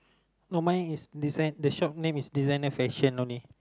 no mine is des~ the shop name is designer fashion only